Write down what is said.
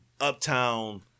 Uptown